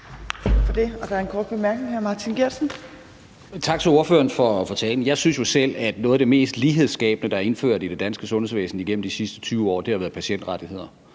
fra hr. Martin Geertsen. Kl. 14:11 Martin Geertsen (V): Tak til ordføreren for talen. Jeg synes jo selv, at noget af det mest lighedsskabende, der er indført i det danske sundhedsvæsen igennem de sidste 20 år, er patientrettigheder.